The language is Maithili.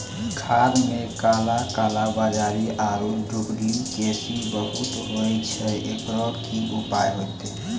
खाद मे काला कालाबाजारी आरु डुप्लीकेसी बहुत होय छैय, एकरो की उपाय होते?